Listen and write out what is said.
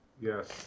Yes